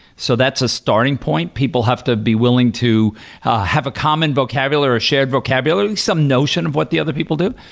so that's a starting point people have to be willing to have a common vocabulary or shared vocabulary, some notion of what the other people do.